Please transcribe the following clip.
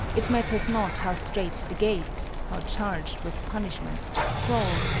it matters not how strait the gate, how charged with punishments the scroll,